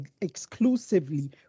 exclusively